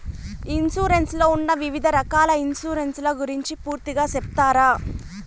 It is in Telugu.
ఇన్సూరెన్సు లో ఉన్న వివిధ రకాల ఇన్సూరెన్సు ల గురించి పూర్తిగా సెప్తారా?